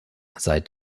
seit